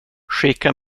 skicka